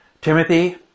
Timothy